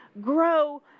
grow